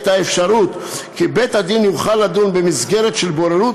את האפשרות כי בית-הדין יוכל לדון במסגרת של בוררות